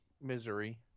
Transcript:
misery